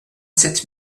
sept